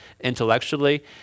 intellectually